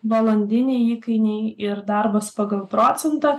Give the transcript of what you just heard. valandiniai įkainiai ir darbas pagal procentą